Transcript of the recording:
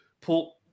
pull